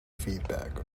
feedback